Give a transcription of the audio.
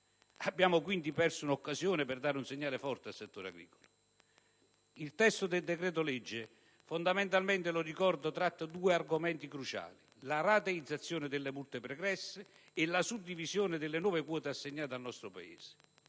Abbiamo quindi perso un'occasione per dare un segnale forte al settore agricolo. Il testo del decreto-legge, fondamentalmente, lo ricordo, tratta due argomenti cruciali: la rateizzazione delle multe pregresse e la suddivisione delle nuove quote assegnate al nostro Paese.